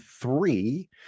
three